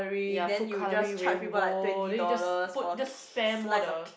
ya food colouring rainbow then you just put just spam all the